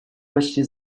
почти